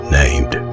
named